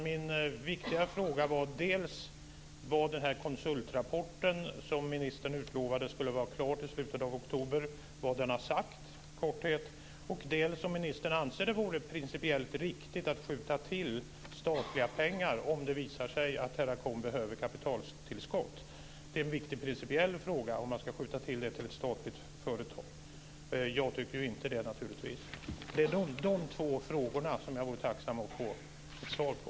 Mina viktiga frågor gäller dels vad som framgår i konsultrapporten som ministern utlovade skulle vara klar till slutet av oktober, dels om ministern anser det vore principiellt riktigt att skjuta till statliga pengar om det visar sig att Teracom behöver kapitaltillskott. Det är en viktig principiell fråga om kapital ska skjutas till till ett statligt företag. Jag tycker naturligtvis inte det. Det är de två frågorna jag tycker det vore tacksamt att få svar på.